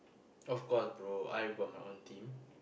of course bro I got my own team